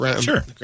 Sure